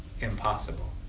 impossible